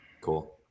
Cool